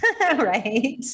right